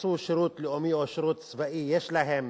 שעשו שירות לאומי או שירות צבאי, יש להם